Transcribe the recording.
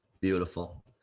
Beautiful